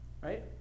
Right